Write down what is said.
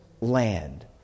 land